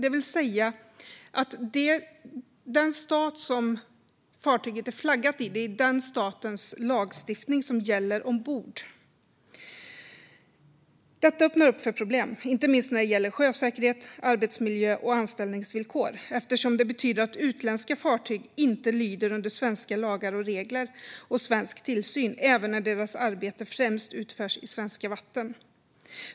Det är alltså lagstiftningen i den stat som fartyget är flaggat i som gäller ombord. Detta öppnar för problem, inte minst när det gäller sjösäkerhet, arbetsmiljö och anställningsvillkor. Detta betyder nämligen att utländska fartyg inte lyder under svenska lagar och regler och svensk tillsyn även om deras arbete främst utförs i svenska vatten.